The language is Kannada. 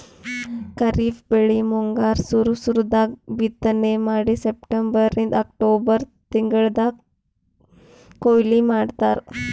ಖರೀಫ್ ಬೆಳಿ ಮುಂಗಾರ್ ಸುರು ಸುರು ದಾಗ್ ಬಿತ್ತನೆ ಮಾಡಿ ಸೆಪ್ಟೆಂಬರಿಂದ್ ಅಕ್ಟೋಬರ್ ತಿಂಗಳ್ದಾಗ್ ಕೊಯ್ಲಿ ಮಾಡ್ತಾರ್